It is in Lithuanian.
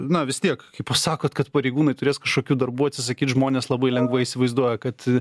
na vis tiek kai pasakot kad pareigūnai turės kažkokių darbų atsisakyt žmonės labai lengvai įsivaizduoja kad